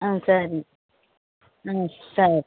ஆ சரி ம் சரி